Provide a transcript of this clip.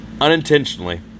Unintentionally